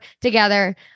together